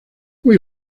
muy